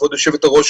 כבוד יושבת-הראש,